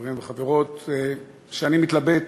חברים וחברות, שאני מתלבט